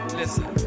listen